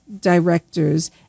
directors